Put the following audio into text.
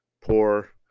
poor